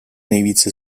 nejvíce